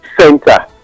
center